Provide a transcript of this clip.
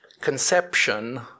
conception